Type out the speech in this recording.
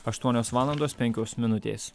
aštuonios valandos penkios minutės